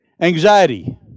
Anxiety